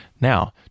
Now